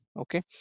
okay